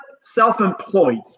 self-employed